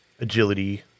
agility